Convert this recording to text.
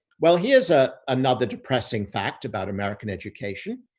well, here's a, another depressing fact about american education,